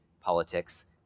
politics